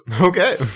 Okay